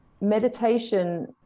meditation